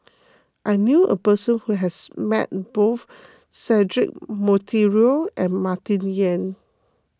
I knew a person who has met both Cedric Monteiro and Martin Yan